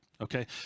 Okay